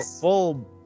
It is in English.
full